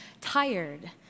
tired